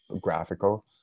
graphical